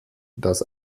das